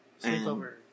Sleepover